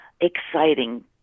exciting